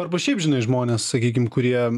arba šiaip žinai žmonės sakykim kurie